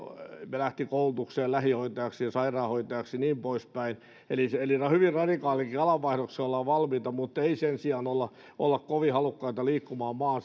lähti koulutukseen lähihoitajaksi ja sairaanhoitajaksi ja niin poispäin eli hyvin radikaaliinkin alanvaihdokseen ollaan valmiita muttei sen sijaan olla olla kovin halukkaita liikkumaan maan